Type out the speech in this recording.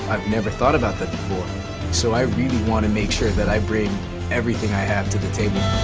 i've never thought about that before. so i really wanna make sure that i bring everything i have to the table.